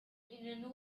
ihnen